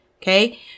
Okay